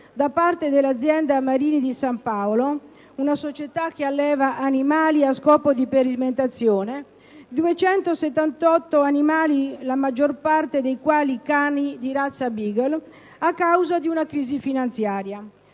da parte dell'azienda Marini di San Paolo, una società che alleva animali a scopo di sperimentazione, di 278 animali (la maggior parte dei quali cani di razza *beagle)*, a causa di una crisi finanziaria.